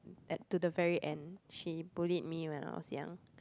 at to the very end she bullied me when I was young